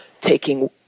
taking